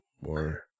more